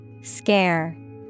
Scare